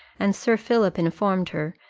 and sir philip informed her,